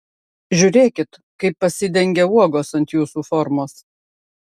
žiūrėkit kaip pasidengia uogos ant jūsų formos